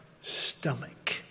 stomach